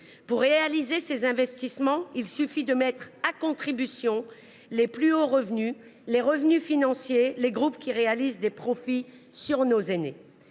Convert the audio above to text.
Pour réaliser ces investissements, il suffit de mettre à contribution les plus hauts revenus, les revenus financiers, et les groupes qui réalisent des profits sur le dos nos aînés.